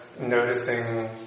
noticing